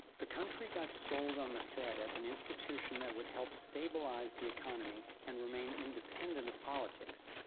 the country got sold on the fed as an institution that would help stabilize the economy and remain independent of politics.